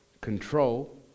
control